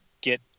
get